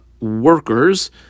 workers